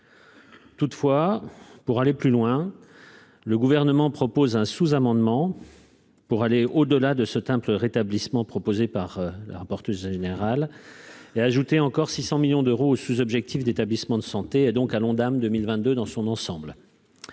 toutefois, pour aller plus loin, le gouvernement propose un sous-amendement pour aller au-delà de ce temple rétablissement proposée par la rapporteuse générale et ajouté encore 600 millions d'euros sous objectifs d'établissements de santé et donc à l'Ondam 2022 dans son ensemble,